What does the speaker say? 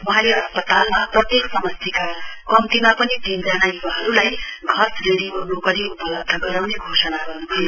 वहाँले अस्पतालमा प्रत्येक समस्टिका कम्तीमा पनि तीनजना य्वाहरुलाई छ श्रेणीको नोकरी उपलब्ध गराउने घोषणा गर्न्भयो